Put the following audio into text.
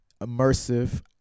immersive